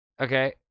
Okay